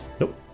Nope